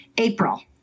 April